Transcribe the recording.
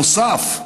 הנוסף,